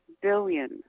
billion